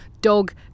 Dog